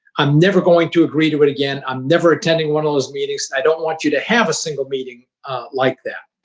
i'm never going to agree to it again. i'm never attending one of those meetings. i don't want you to have a single meeting like that.